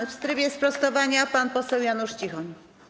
W trybie sprostowania pan poseł Janusz Cichoń.